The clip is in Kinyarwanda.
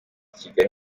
kigali